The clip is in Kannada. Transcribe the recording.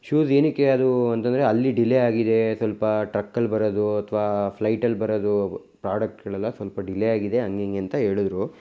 ಶೂಸ್ ಏನಕ್ಕೆ ಅದು ಅಂತಂದರೆ ಅಲ್ಲಿ ಡಿಲೇ ಆಗಿದೆ ಸ್ವಲ್ಪ ಟ್ರಕ್ಕಲ್ಲಿ ಬರೋದು ಅಥವಾ ಫ್ಲೈಟಲ್ಲಿ ಬರೋದು ಪ್ರಾಡಕ್ಟ್ಗಳೆಲ್ಲ ಸ್ವಲ್ಪ ಡಿಲೇ ಆಗಿದೆ ಹಂಗೆ ಹಿಂಗೆ ಅಂತ ಹೇಳುದ್ರು